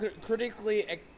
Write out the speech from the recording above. critically